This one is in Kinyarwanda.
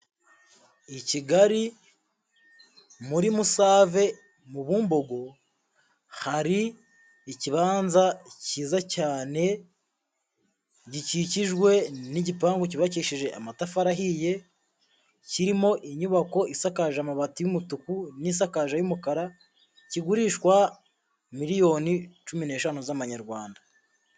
I Kigali muri Musave mu Bumbogo hari ikibanza cyiza cyane, gikikijwe n'igipangu cyubakishije amatafari ahiye, kirimo inyubako isakaje amabati y'umutuku n'isakaje ay'umukara, kigurishwa miliyoni cumi n'eshanu z'amanyarwanda.